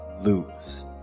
lose